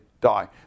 die